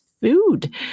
food